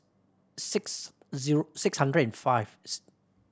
six zero six hundred and fifth